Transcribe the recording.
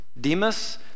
Demas